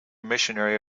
missionary